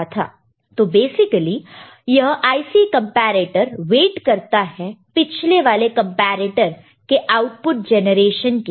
तो बेसिकली यह IC comparator wait करता पिछले वाले कंपैरेटर के आउटपुट जनरेशन के लिए